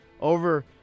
over